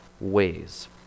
ways